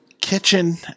kitchen